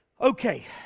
Okay